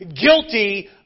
guilty